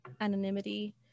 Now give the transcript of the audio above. anonymity